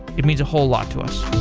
it means a whole lot to us